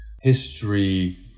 history